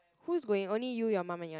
who is going only you your mum and your dad